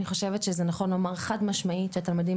אני חושבת שזה נכון לומר חד משמעית שהתלמידים